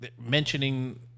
mentioning